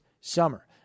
summer